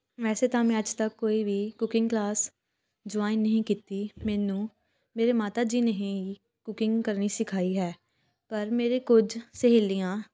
ਵੈਸੇ ਤਾਂ ਮੈਂ ਅੱਜ ਤੱਕ ਕੋਈ ਵੀ ਕੁਕਿੰਗ ਕਲਾਸ ਜੁਆਇੰਨ ਨਹੀਂ ਕੀਤੀ ਮੈਨੂੰ ਮੇਰੇ ਮਾਤਾ ਜੀ ਨੇ ਹੀ ਕੁਕਿੰਗ ਕਰਨੀ ਸਿਖਾਈ ਹੈ ਪਰ ਮੇਰੇ ਕੁਝ ਸਹੇਲੀਆਂ